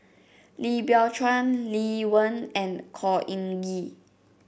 Lim Biow Chuan Lee Wen and Khor Ean Ghee